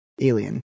alien